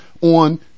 on